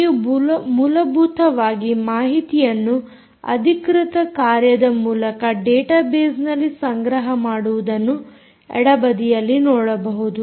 ನೀವು ಮೂಲಭೂತವಾಗಿ ಮಾಹಿತಿಯನ್ನು ಅಧಿಕೃತ ಕಾರ್ಯದ ಮೂಲಕ ಡಾಟಾ ಬೇಸ್ನಲ್ಲಿ ಸಂಗ್ರಹ ಮಾಡುವುದನ್ನು ಎಡ ಬದಿಯಲ್ಲಿ ನೋಡಬಹುದು